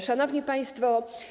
Szanowni Państwo!